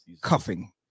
cuffing